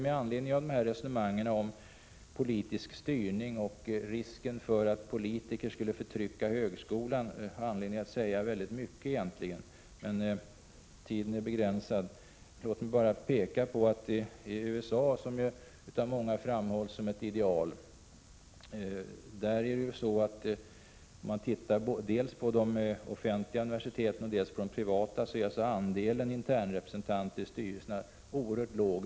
Med anledning av resonemanget om politisk styrning och risken för att politiker skulle förtrycka högskolan skulle man egentligen kunna säga väldigt mycket, men tiden är begränsad så låt mig bara peka på att det i USA, som av många framhålls som ideal, är så, att andelen internrepresentanter i styrelserna såväl i de offentliga universiteten som i de privata är oerhört låg.